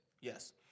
Yes